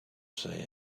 say